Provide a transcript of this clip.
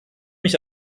mich